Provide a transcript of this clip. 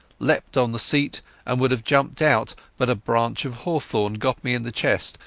leapt on the seat and would have jumped out. but a branch of hawthorn got me in the chest,